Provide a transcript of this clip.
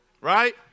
Right